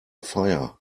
fire